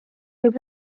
võib